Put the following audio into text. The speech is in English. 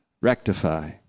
rectify